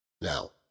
Now